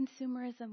consumerism